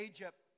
Egypt